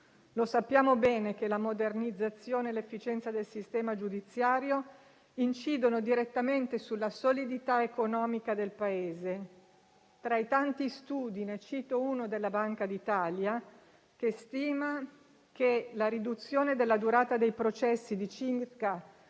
sappiamo bene che la modernizzazione e l'efficienza del sistema giudiziario incidono direttamente sulla solidità economica del Paese. Tra i tanti studi, ne cito uno della Banca d'Italia, che stima che la riduzione della durata dei processi di circa